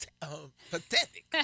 pathetic